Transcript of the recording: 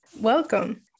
Welcome